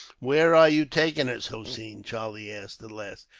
where are you taking us, hossein? charlie asked, at last.